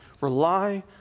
Rely